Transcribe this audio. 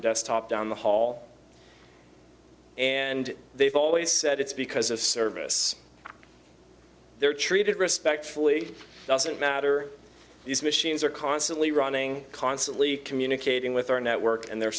desktop down the hall and they've always said it's because a service they're treated respectfully doesn't matter these machines are constantly running constantly communicating with our network and they're